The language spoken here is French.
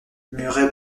murray